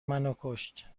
منوکشت